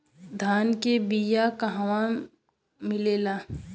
धान के बिया कहवा मिलेला?